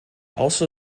also